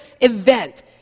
event